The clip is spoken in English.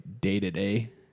day-to-day